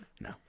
No